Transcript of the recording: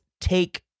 take